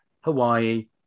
Hawaii